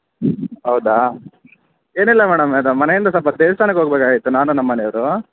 ಹೌದಾ ಏನಿಲ್ಲ ಮೇಡಮ್ ಇದು ಮನೆಯಿಂದ ಸ್ವಲ್ಪ ದೇವಸ್ಥಾನಕ್ಕೆ ಹೋಗಬೇಕಾಗಿತ್ತು ನಾನು ನಮ್ಮ ಮನೆಯವರು